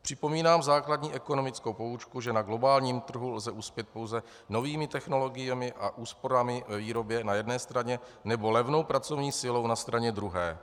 Připomínám základní ekonomickou poučku, že na globálním trhu lze uspět pouze novými technologiemi a úsporami ve výrobě na jedné straně nebo levnou pracovní silou na straně druhé.